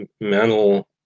mental